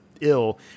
ill